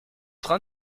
train